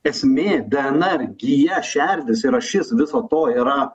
esmė dnr gija šerdis yra šis viso to yra